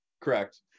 Correct